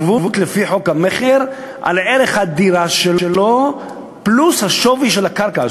ערבות לפי חוק המכר על ערך הדירה שלו פלוס השווי של הקרקע.